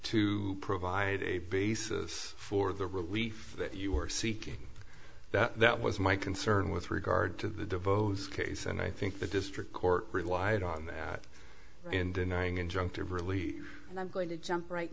to provide a basis for the relief that you were seeking that was my concern with regard to the devotes case and i think the district court relied on that in denying injunctive relief and i'm going to jump right